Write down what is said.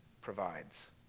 provides